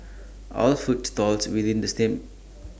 all food stalls within the same